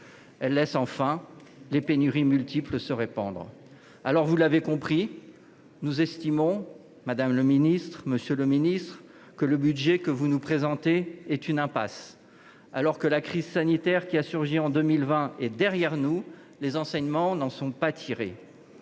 loi laisse les pénuries multiples se répandre. Vous l’aurez compris, nous estimons, madame, monsieur les ministres, que le budget que vous nous présentez est une impasse. La crise sanitaire qui a frappé en 2020 est derrière nous, mais les enseignements ne sont pas tirés.